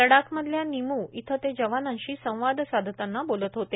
लडाखमधल्या निमू इथं ते जवानांशी संवाद साधताना बोलत होते